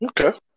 Okay